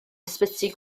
ysbyty